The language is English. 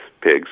pigs